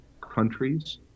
countries